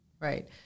right